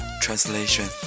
translation